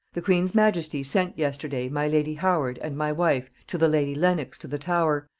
the queen's majesty sent yesterday my lady howard and my wife to the lady lenox to the tower,